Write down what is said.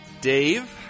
Dave